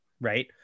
right